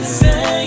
say